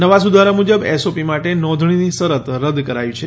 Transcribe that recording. નવા સુધારા મુજબ ઓએસપી માટે નોંધણીની શરત રદ કરાઈ છે